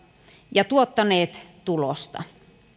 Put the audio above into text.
ja tuottaneet tulosta